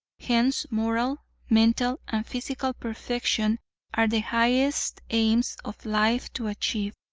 hence moral, mental and physical perfection are the highest aims of life to achieve.